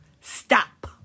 Stop